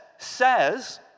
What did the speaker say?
says